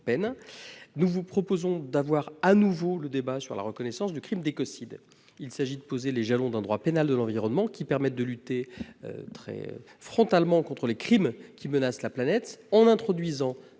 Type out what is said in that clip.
nous vous proposons de mener de nouveau le débat sur la reconnaissance du crime d'écocide. Il s'agit de poser les jalons d'un droit pénal de l'environnement permettant de lutter frontalement contre les crimes qui menacent la planète, en introduisant,